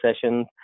sessions